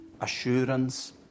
assurance